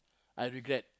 I regret